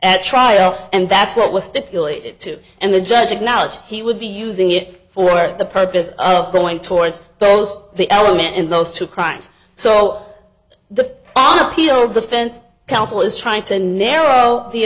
at trial and that's what was stipulated to and the judge acknowledged he would be using it for the purpose of going towards those the element in those two crimes so the appeal defense counsel is trying to narrow the